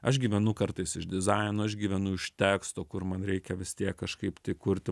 aš gyvenu kartais iš dizaino aš gyvenu iš teksto kur man reikia vis tiek kažkaip tai kurti